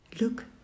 Look